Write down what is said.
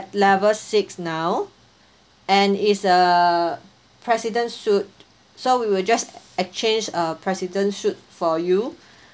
level six now and it's a president suite so we will just exchange a president suite for you